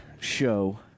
Show